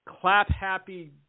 clap-happy